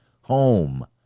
home